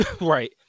Right